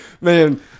man